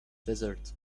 desert